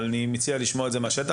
אבל אני מציע לשמוע את הדברים מהשטח.